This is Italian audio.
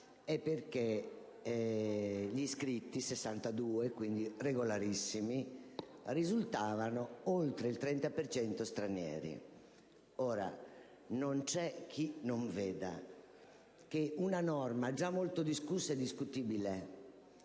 che gli iscritti (62, quindi regolarissimi) risultavano per oltre il 30 per cento stranieri. Ora, non v'è chi non veda che una norma, già molto discussa e discutibile,